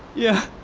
yeah.